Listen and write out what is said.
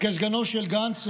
כסגנו של גנץ,